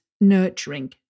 nurturing